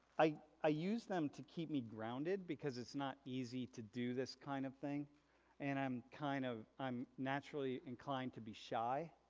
i i use them to keep me grounded because it's not easy to do this kind of thing and i'm kind of, i'm naturally inclined to be shy.